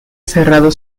cerrado